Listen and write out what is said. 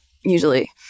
usually